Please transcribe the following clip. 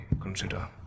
consider